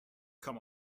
come